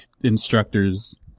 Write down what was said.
instructors